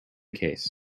case